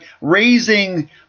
raising